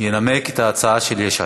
ינמק את ההצעה של יש עתיד.